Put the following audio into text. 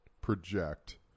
project